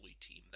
team